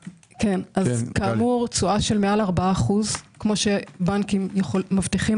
כאמור תשואה של מעל 4% כפי שהבנקים מבטיחים